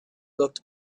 looked